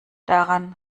daran